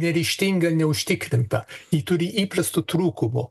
neryžtinga neužtikrinta ji turi įprastų trūkumų